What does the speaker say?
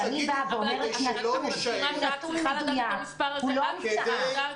כשאני באה ואומרת נתון מדויק, הוא לא המצאה.